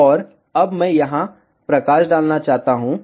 और अब मैं यहाँ प्रकाश डालना चाहता हूँ